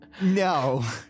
No